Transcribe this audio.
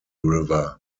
river